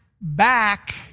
back